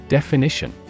Definition